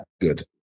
good